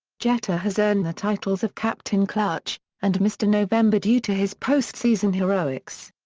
jeter has earned the titles of captain clutch and mr. november due to his postseason heroics.